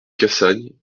cassagne